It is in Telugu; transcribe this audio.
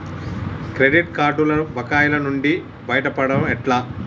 క్రెడిట్ కార్డుల బకాయిల నుండి బయటపడటం ఎట్లా?